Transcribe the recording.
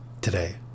today